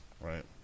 Right